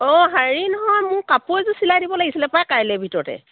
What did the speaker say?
অঁ হেৰি নহয় মোৰ কাপোৰ এযোৰ চিলাই দিব লাগিছিলে পাই কাইলৈ ভিতৰতে